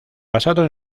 basado